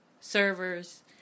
servers